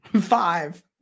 five